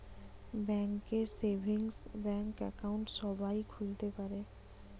bank এ savings bank account সবাই খুলতে পারে